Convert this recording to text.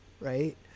right